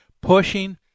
pushing